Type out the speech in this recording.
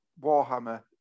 Warhammer